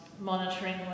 monitoring